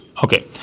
Okay